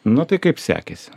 nu tai kaip sekėsi